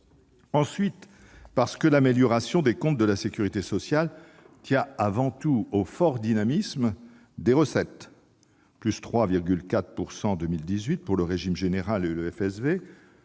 Ensuite, parce que l'amélioration des comptes de la sécurité sociale tient avant tout au fort dynamisme des recettes : hausse de 3,4 % en 2018 pour le régime général et le FSV,